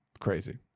Crazy